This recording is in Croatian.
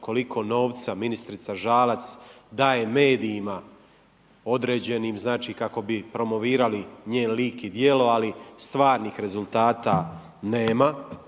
koliko novca ministrica Žalac daje medijima određenim znači kako bi promovirali njen lik i djelo ali stvarnih rezultata nema.